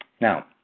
Now